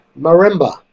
Marimba